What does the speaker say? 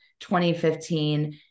2015